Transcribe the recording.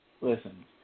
Listen